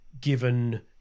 given